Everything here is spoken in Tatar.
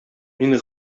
мин